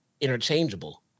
interchangeable